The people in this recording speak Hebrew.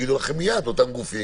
או אותם גופים,